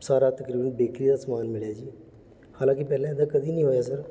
ਸਾਰਾ ਤਕਰੀਬਨ ਬੇਕਰੀ ਦਾ ਸਮਾਨ ਮਿਲਿਆ ਜੀ ਹਾਲਾਂਕਿ ਪਹਿਲਾਂ ਇੱਦਾਂ ਕਦੀ ਨਹੀਂ ਹੋਇਆ ਸਰ